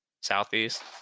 Southeast